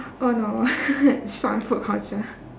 oh no short on food culture